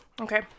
Okay